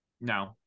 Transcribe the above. No